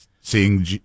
seeing